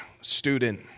student